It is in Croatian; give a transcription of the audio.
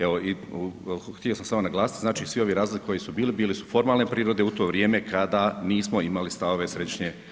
Evo, i htio sam samo naglasiti, znači svi ovi razlozi koji su bili, bili su formalne prirode u to vrijeme kada nismo imali stavove Središnje europske banke.